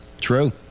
True